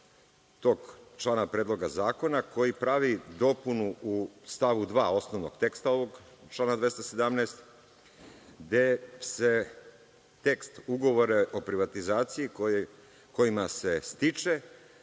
tog člana Predloga zakona koji pravi dopunu u stavu 2. osnovnog teksta ovog člana 217. gde se tekst ugovora o privatizaciji, kojima se stiče,